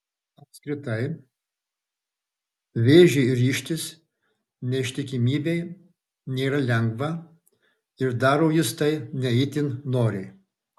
apskritai vėžiui ryžtis neištikimybei nėra lengva ir daro jis tai ne itin noriai